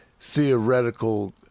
theoretical